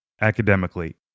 academically